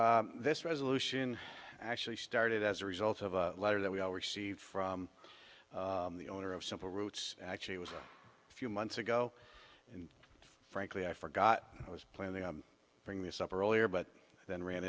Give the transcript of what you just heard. you this resolution actually started as a result of a letter that we all received from the owner of simple roots actually it was a few months ago frankly i forgot i was playing they bring this up earlier but then ran